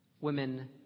women